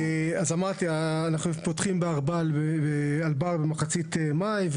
אמרתי, אנחנו פותחים באלבר במחצית מאי.